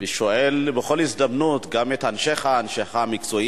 אני שואל בכל הזדמנות, גם את אנשיך המקצועיים,